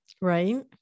Right